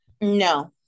No